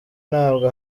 ntabwo